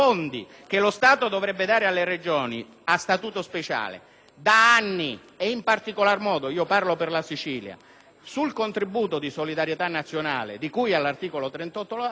da anni ed in particolar modo - parlo per la Sicilia - sul contributo di solidarietà nazionale, di cui all'articolo 38 dello Statuto, ce li scordiamo e ci scordiamo il contenzioso